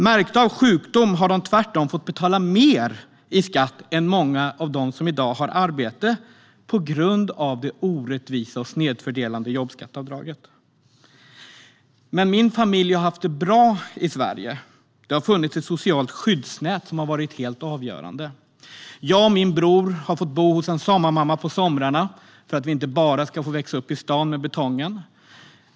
Märkta av sjukdom har de tvärtom fått betala mer i skatt än många av dem som i dag har arbete; detta på grund av det orättvisa och snedfördelande jobbskatteavdraget. Men min familj har haft det bra i Sverige. Det har funnits ett socialt skyddsnät som har varit avgörande. Jag och min bror fick bo hos en sommarmamma på somrarna för att vi inte bara skulle få växa upp bland betongen i stan.